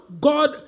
God